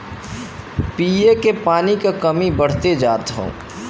पिए के पानी क कमी बढ़्ते जात हौ